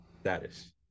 status